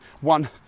one